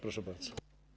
Proszę bardzo.